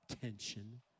tension